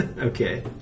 okay